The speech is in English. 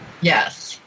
Yes